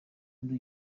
muri